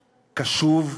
קשוב,